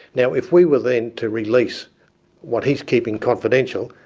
now, if we were then to release what he's keeping confidential,